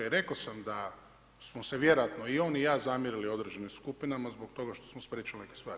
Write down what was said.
I rekao sam da smo se vjerojatno i on i ja zamjerili određenim skupinama, zbog toga što smo spriječili neke stvari.